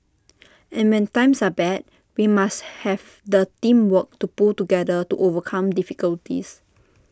and when times are bad we must have the teamwork to pull together to overcome difficulties